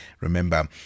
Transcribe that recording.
remember